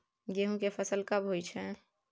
गेहूं के फसल कब होय छै?